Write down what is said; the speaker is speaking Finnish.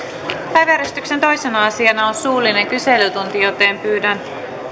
päiväjärjestyksen toisena asiana on suullinen kyselytunti joten pyydän